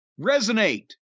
resonate